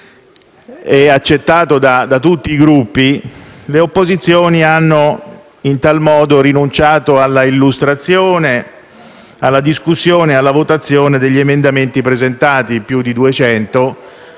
e accettato da tutti i Gruppi), le opposizioni hanno in tal modo rinunciato all'illustrazione, alla discussione e alla votazione degli emendamenti presentati; più di 200.